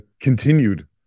continued